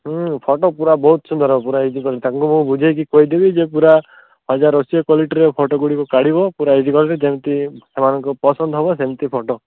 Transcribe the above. ହୁଁ ଫଟୋ ପୁରା ବହୁତ ସୁନ୍ଦର ହବ ପୁରା ଏଚ୍ ଡ଼ି କ୍ୱାଲିଟିରେ ତାଙ୍କୁ ମୁଁ ପୁରା ବୁଝେଇକି କହିଦେବି ଯେ ପୁରା ହଜାର ଅଶୀ କ୍ଵାଲିଟୀରେ ଫଟୋଗୁଡ଼ିକୁ କାଢ଼ିବ ପୁରା ଏଚ୍ ଡ଼ି କ୍ୱାଲିଟିର ଯେମତି ସେମାନଙ୍କୁ ପସନ୍ଦ ହବ ସେମିତି ଫଟୋ